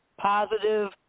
positive